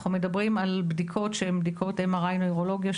אנחנו מדברים על בדיקות שהן בדיקות MRI נוירולוגיה,